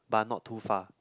but not too far